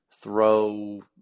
throw